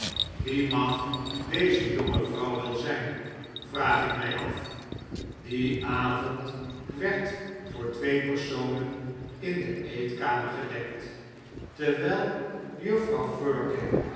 wie mag deze jonge vrouw wel zijn vraag ik mij af dien avond werd voor twee personen in de eetkamer gedekt terwijl juffrouw firkin